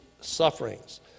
sufferings